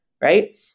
right